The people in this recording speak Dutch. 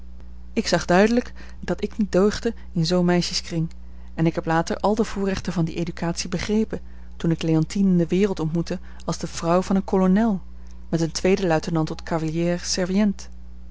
ik zag duidelijk dat ik niet deugde in zoo'n meisjeskring en ik heb later al de voorrechten van die educatie begrepen toen ik leontine in de wereld ontmoette als de vrouw van een kolonel met een tweeden luitenant tot